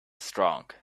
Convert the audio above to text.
strong